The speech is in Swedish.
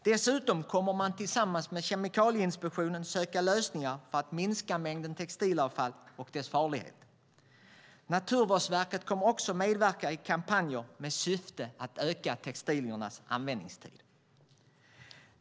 Dessutom kommer man tillsammans med Kemikalieinspektionen att söka lösningar för att minska mängden textilavfall och dess farlighet. Naturvårdsverket kommer också att medverka i kampanjer med syfte att öka textiliernas användningstid.